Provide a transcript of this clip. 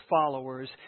followers